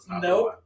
Nope